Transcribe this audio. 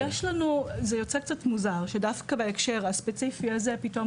זה יוצא קצת מוזר שדווקא בהקשר הספציפי הזה פתאום